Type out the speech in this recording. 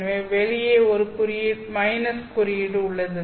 எனவே வெளியே ஒரு குறியீடு உள்ளது